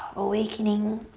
awakening.